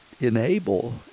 enable